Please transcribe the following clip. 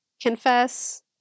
confess